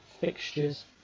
fixtures